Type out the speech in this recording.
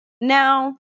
Now